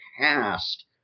past